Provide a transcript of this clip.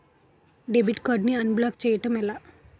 Debit card ను unblock block చేయటం ఎలా?